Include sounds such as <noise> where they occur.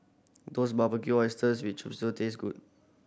does Barbecued Oysters with <unintelligible> taste good